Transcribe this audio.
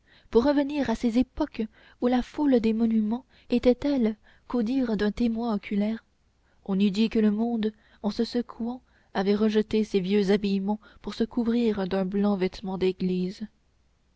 pour revenir à ces époques où la foule des monuments était telle qu'au dire d'un témoin oculaire on eût dit que le monde en se secouant avait rejeté ses vieux habillements pour se couvrir d'un blanc vêtement d'églises